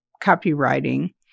copywriting